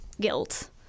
guilt